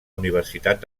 universitat